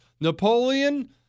Napoleon